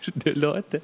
ir dėlioti